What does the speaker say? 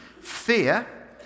fear